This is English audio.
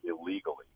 illegally